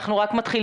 אנחנו רק מתחילים,